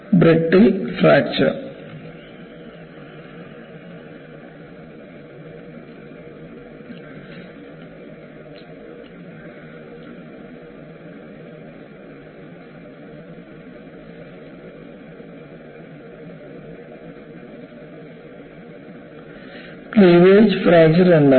brittle fracture cleavage fracture എന്താണ്